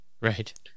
Right